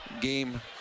game